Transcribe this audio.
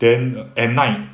then at night